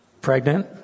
pregnant